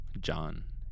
John